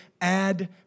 add